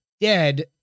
dead